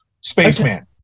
Spaceman